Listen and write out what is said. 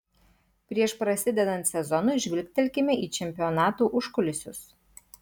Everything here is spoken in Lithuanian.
prieš prasidedant sezonui žvilgtelėkime į čempionato užkulisius